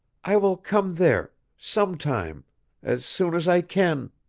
i will come there sometime as soon as i can